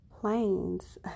planes